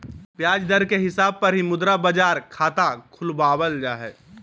ब्याज दर के हिसाब पर ही मुद्रा बाजार खाता खुलवावल जा हय